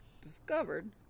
discovered